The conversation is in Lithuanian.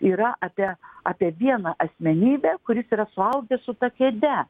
yra apie apie vieną asmenybę kuris yra suaugęs su ta kėde